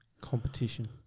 competition